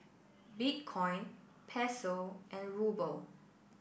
Bitcoin Peso and Ruble